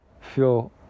feel